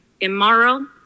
immoral